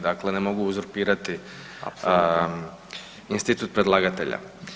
Dakle, ne mogu uzurpirati institut predlagatelja.